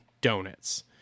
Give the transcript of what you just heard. donuts